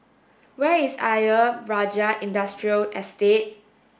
where is Ayer Rajah Industrial